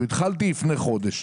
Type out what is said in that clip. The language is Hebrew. או התחלת לפני חודש,